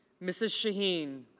mrs. shaheen